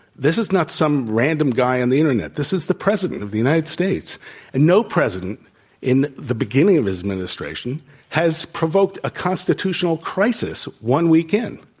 this is not some random guy on the internet. this is the president of the united and no president in the beginning of his administration has provoked a constitutional crisis one week in.